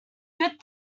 good